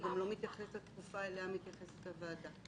המקרה גם לא מתייחס לתקופה אליה מתייחסת הוועדה.